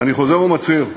אני חוזר ומצהיר,